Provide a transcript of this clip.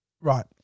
Right